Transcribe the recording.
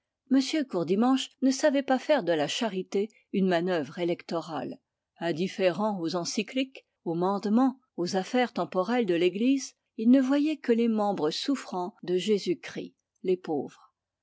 courdimanche ne savait pas faire de la charité une manœuvre électorale indifférent aux encycliques aux mandements aux affaires temporelles de l'église il ne voyait que les membres souffrants de jésus-christ les pauvres